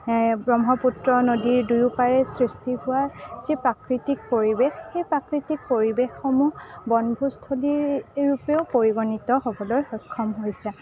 ব্ৰহ্মপুত্ৰ নদীৰ দুয়োপাৰে সৃষ্টি হোৱা যি প্ৰাকৃতিক পৰিৱেশ সেই প্ৰাকৃতিক পৰিৱেশসমূহ বনভোজস্থলীৰ ৰূপেও পৰিগণিত হ'বলৈ সক্ষম হৈছে